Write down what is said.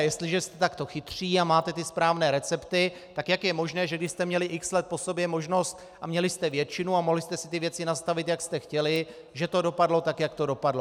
Jestliže jste takto chytří a máte ty správné recepty, tak jak je možné, že když jste měli x let po sobě možnost a měli jste většinu a mohli jste si ty věci nastavit, jak jste chtěli, že to dopadlo tak, jak to dopadlo.